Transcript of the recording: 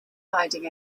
hiding